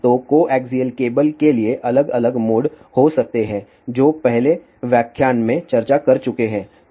तो coaxial cable के लिए अलग अलग मोड हो सकते हैं जो पहले व्याख्यान में चर्चा कर चुके हैं